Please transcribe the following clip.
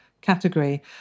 category